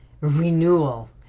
renewal